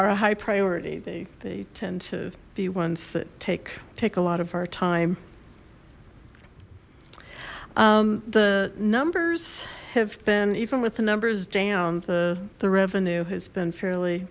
are a high priority they tend to be ones that take take a lot of our time the numbers have been even with the numbers down the the revenue has been fairly